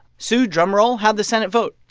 sue drumroll how'd the senate vote?